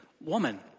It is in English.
woman